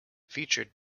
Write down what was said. featured